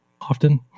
often